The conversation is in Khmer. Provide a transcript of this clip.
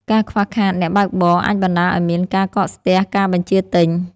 ការខ្វះខាតអ្នកបើកបរអាចបណ្ដាលឱ្យមានការកកស្ទះការបញ្ជាទិញ។